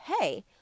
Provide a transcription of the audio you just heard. hey